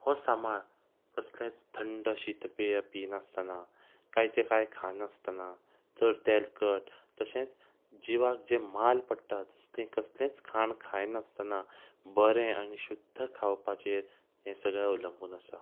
हो सांबाळ कसलेंच थंड शितपेया पिनासतना कांयचे कांय खांयनासतना चड तेलकट तशेंच जिवाक जें माल पडटा तसलें कसलेंच खाण खायनासतना बरें आनी शुध्द खावपाचेर हे सगळें अवलंबून आसा